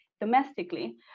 domestically